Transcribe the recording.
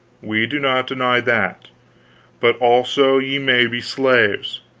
we do not deny that but also ye may be slaves.